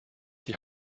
die